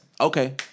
Okay